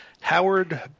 Howard